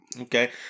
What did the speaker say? Okay